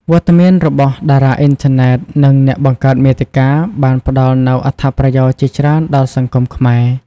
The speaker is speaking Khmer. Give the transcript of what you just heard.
វត្តមានរបស់តារាអុីនធឺណិត និងអ្នកបង្កើតមាតិកាបានផ្តល់នូវអត្ថប្រយោជន៍ជាច្រើនដល់សង្គមខ្មែរ។